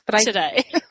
today